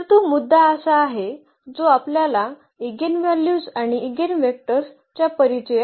तर तो मुद्दा असा आहे जो आपल्याला इगेनव्हल्यूज आणि ईगेनवेक्टर्स च्या परिचयात घेऊन जाईल